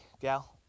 gal